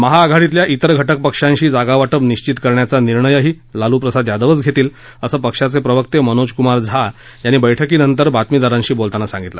महाआघाडीतल्या तिर घटकपक्षांशी जागावाटप निश्वित करण्याचा निर्णयही लालूप्रसादच घेतील असं पक्षाचे प्रवक्ते मनोज कुमार झा यांनी बैठकीनंतर बातमीदारांशी बोलताना सांगितलं